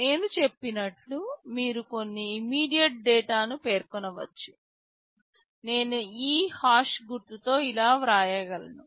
నేను చెప్పినట్లు మీరు కొన్ని ఇమీడియట్ డేటాను పేర్కొనవచ్చు నేను ఈ హాష్ గుర్తుతో ఇలా వ్రాయగలను